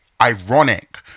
ironic